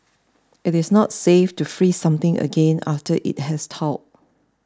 it is not safe to freeze something again after it has thawed